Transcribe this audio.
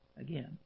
again